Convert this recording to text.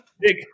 Big